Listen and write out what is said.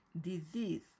disease